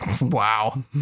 Wow